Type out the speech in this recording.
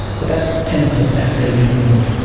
but that tends to have been ignored.